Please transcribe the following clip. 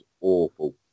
awful